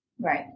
Right